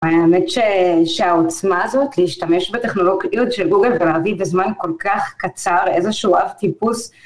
האמת שהעוצמה הזאת, להשתמש בטכנולוגיות של גוגל ולהביא בזמן כל כך קצר איזשהו אבטיפוס...